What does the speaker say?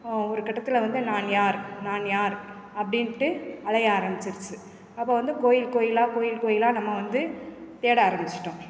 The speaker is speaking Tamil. ஒரு கட்டத்தில் வந்து நான் யார் நான் யார் அப்படின்ட்டு அலைய ஆரம்பிச்சிருச்சு அப்போது வந்து கோயில் கோயிலாக கோயில் கோயிலாக நம்ம வந்து தேட ஆரம்பித்துட்டோம்